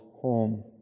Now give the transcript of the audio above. home